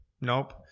Nope